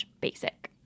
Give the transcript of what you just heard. basic